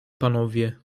panowie